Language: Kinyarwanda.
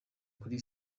kuri